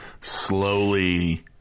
slowly